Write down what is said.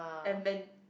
and men